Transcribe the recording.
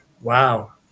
Wow